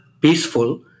peaceful